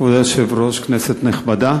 כבוד היושב-ראש, כנסת נכבדה,